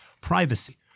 privacy